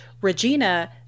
Regina